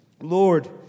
Lord